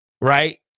Right